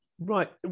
right